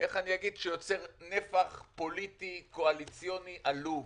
שיוצר נפח פוליטי קואליציוני עלוב.